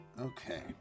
Okay